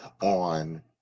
on